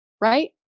right